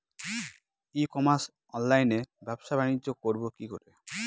ই commerce অনলাইনে ব্যবসা বানিজ্য করব কি করে?